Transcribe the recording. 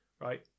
right